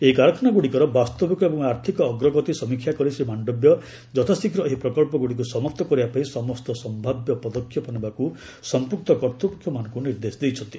ଏହି କାରଖାନାଗୁଡ଼ିକର ବାସ୍ତବିକ ଏବଂ ଆର୍ଥିକ ଅଗ୍ରଗତି ସମୀକ୍ଷା କରି ଶ୍ରୀ ମାଶ୍ରବ୍ୟ ଯଥାଶୀଘ୍ର ଏହି ପ୍ରକଳ୍ପଗୁଡ଼ିକୁ ସମାପ୍ତ କରିବା ପାଇଁ ସମସ୍ତ ସମ୍ଭାବ୍ୟ ପଦକ୍ଷେପ ନେବାକୁ ସଂପୃକ୍ତ କର୍ତ୍ତୃପକ୍ଷମାନଙ୍କୁ ନିର୍ଦ୍ଦେଶ ଦେଇଛନ୍ତି